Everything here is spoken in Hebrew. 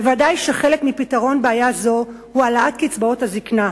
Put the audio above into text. ודאי שחלק מפתרון בעיה זו הוא העלאת קצבאות הזיקנה,